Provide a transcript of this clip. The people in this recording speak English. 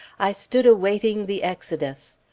i stood awaiting the exodus.